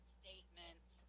statements